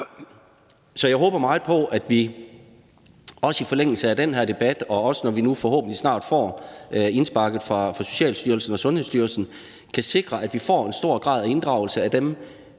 Jeg håber meget på, at vi også i forlængelse af den her debat, og også når vi nu forhåbentlig snart får indsparket fra Socialstyrelsen og Sundhedsstyrelsen, kan sikre, at vi får en stor grad af inddragelse af dem,